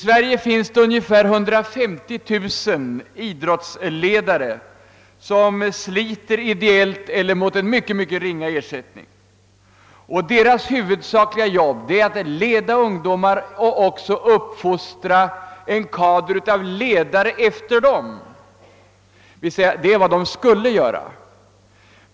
I Sverige finns ungefär 150 000 idrottsledare, som sliter gratis eller mot en mycket ringa ersättning. Deras huvudsakliga jobb är egentligen att leda ungdomen och uppfostra en kader av nya ledare som kan ta vid efter dem.